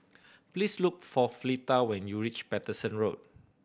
please look for Fleeta when you reach Paterson Road